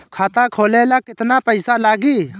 खाता खोले ला केतना पइसा लागी?